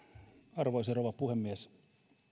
arvoisa rouva puhemies